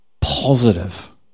positive